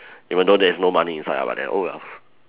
even though there's no money inside lah but then oh well